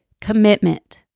commitment